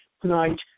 tonight